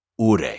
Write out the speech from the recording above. Ure